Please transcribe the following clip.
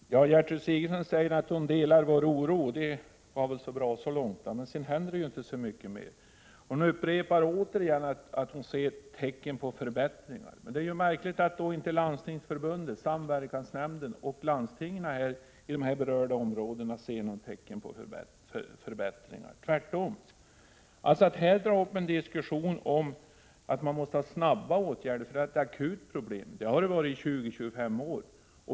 Herr talman! Gertrud Sigurdsen säger att hon delar vår oro. Det är väl bra så långt. Men det händer ju inte så mycket mer. Hon upprepar att hon ser tecken på förbättringar. Det är märkligt att inte Landstingsförbundet, samverkansnämnden och landstingen i de berörda områdena ser något tecken på förbättringar. Statsrådet drar här upp en diskussion om att det måste till snabba åtgärder, eftersom problemet är akut. Men problemet har varit akut i 20-25 år.